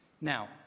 Now